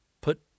put